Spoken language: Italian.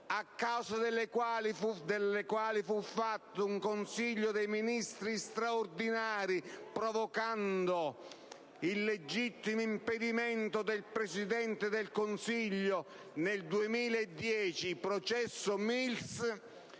a causa delle quali fu fatto un Consiglio dei ministri straordinario provocando il legittimo impedimento del Presidente del Consiglio nel 2010 (processo Mills)